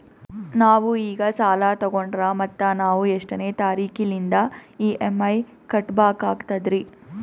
ನಾವು ಈಗ ಸಾಲ ತೊಗೊಂಡ್ರ ಮತ್ತ ನಾವು ಎಷ್ಟನೆ ತಾರೀಖಿಲಿಂದ ಇ.ಎಂ.ಐ ಕಟ್ಬಕಾಗ್ತದ್ರೀ?